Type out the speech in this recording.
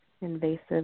invasive